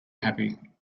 happy